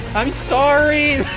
i'm sorry